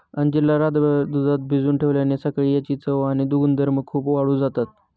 अंजीर ला रात्रभर दुधात भिजवून ठेवल्याने सकाळी याची चव आणि गुणधर्म खूप वाढून जातात